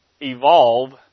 evolve